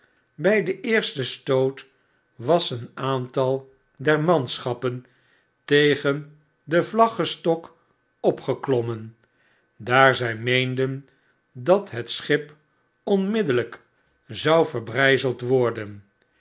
bg den eersten stoot was een aantal der manschappen tegen den vlaggestok opgeklommen daar zjj meenden dat het schip onmiddelljjk zou verbrjjzeld worden